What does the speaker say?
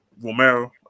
Romero